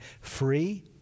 free